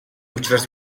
учраас